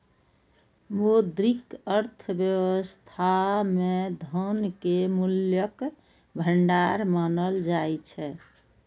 मौद्रिक अर्थव्यवस्था मे धन कें मूल्यक भंडार मानल जाइ छै